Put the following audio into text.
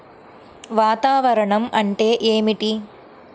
వాతావరణం అంటే ఏమిటి?